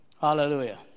Hallelujah